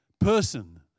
person